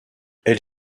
elle